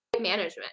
management